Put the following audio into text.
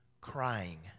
crying